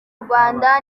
rwanda